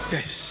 Yes